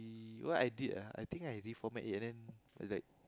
what I did ah I think I already format it leh it was like